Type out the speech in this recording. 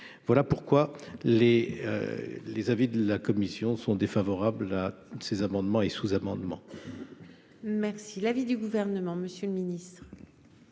voilà pourquoi les les avis de la commission sont défavorables à ces amendements et sous-amendements. Merci l'avis du gouvernement, Monsieur le Ministre,